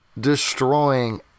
destroying